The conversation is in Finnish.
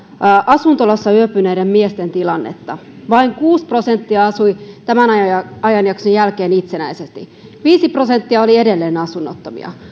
asuntolassa yöpyneiden miesten tilannetta vain kuusi prosenttia asui tämän ajanjakson jälkeen itsenäisesti viisi prosenttia oli edelleen asunnottomia